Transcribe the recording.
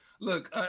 look